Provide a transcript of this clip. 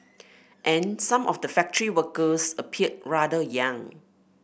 and some of the factory workers appeared rather young